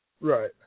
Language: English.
Right